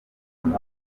nkuru